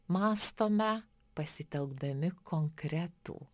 mąstome pasitelkdami konkretų